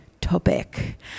topic